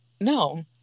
No